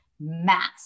mass